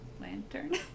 lantern